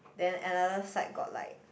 then another side got like